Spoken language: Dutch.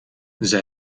zij